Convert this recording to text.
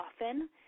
often